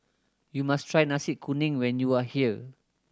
you must try Nasi Kuning when you are here